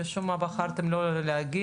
משום מה בחרתם לא להגיע.